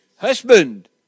husband